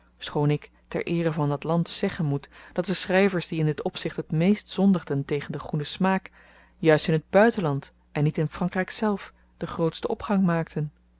schoon ik ter eere van dat land zeggen moet dat de schryvers die in dit opzicht het meest zondigden tegen den goeden smaak juist in t buitenland en niet in frankryk zelf den grootsten opgang maakten